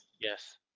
yes